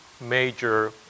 major